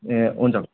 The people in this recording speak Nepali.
ए हुन्छ